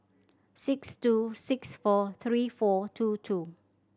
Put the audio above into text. six two six four three four two two